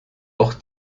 auch